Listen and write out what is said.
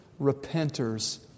repenters